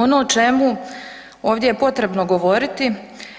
Ono o čemu ovdje je potrebno govoriti